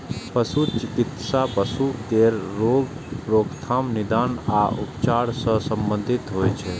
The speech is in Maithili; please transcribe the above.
पशु चिकित्सा पशु केर रोगक रोकथाम, निदान आ उपचार सं संबंधित होइ छै